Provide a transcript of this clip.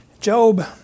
Job